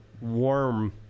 warm